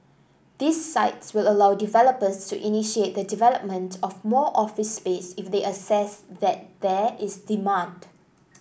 these sites will allow developers to initiate the development of more office space if they assess that there is demand